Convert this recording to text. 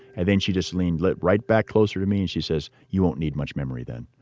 and then she just leaned like right back closer to me. and she says, you won't need much memory then.